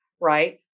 right